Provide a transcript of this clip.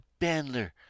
Bandler